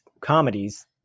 comedies